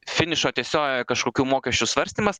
finišo tiesiojoje kažkokių mokesčių svarstymas